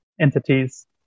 entities